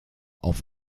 auf